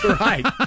right